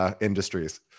industries